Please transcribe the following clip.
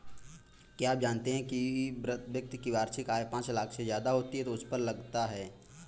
क्या आप जानते है व्यक्ति की वार्षिक आय पांच लाख से ज़्यादा होती है तो उसपर कर लगता है?